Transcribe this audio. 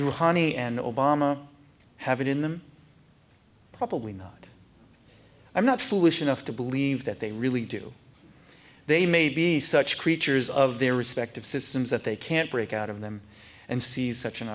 rouhani and obama have it in them probably not i'm not foolish enough to believe that they really do they may be such creatures of their respective systems that they can't break out of them and seize such an